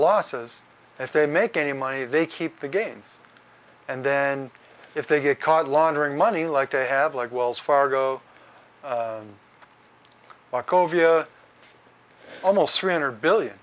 losses if they make any money they keep the gains and then if they get caught laundering money like they have like wells fargo or co via almost three hundred billion